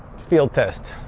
field test.